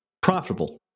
profitable